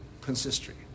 consistory